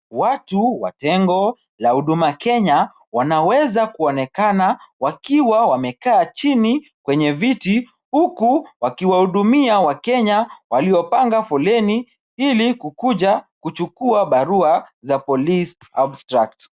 Watu wa tengo la huduma Kenya wanaweza kuonekana wakiwa wamekaa chini kwenye viti huku wakiwahudumia wakenya waliopanga foleni ili kukuja kuchukua barua za police abstract .